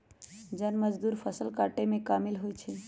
जन मजदुर फ़सल काटेमें कामिल होइ छइ